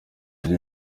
ibyo